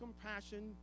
compassion